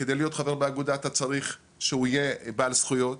וכדי להיות חבר באגודה אתה צריך שהוא יהיה בעל זכויות.